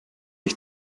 ich